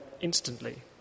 instantly